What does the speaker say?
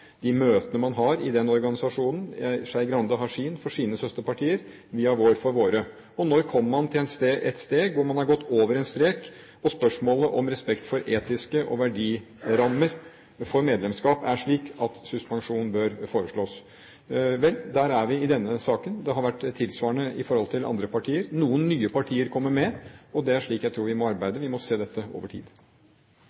de møtene man har i den organisasjonen? Skei Grande har sin for sine søsterpartier, vi har vår for våre. Når kommer man til et steg hvor man har gått over en strek og spørsmålet om respekt for etiske rammer og verdier for medlemskap er slik at suspensjon bør foreslås? Vel, der er vi i denne saken. Det har vært tilsvarende i forhold til andre partier. Noen nye partier kommer med, og det er slik jeg tror vi må